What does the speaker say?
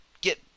get